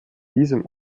diesem